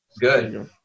Good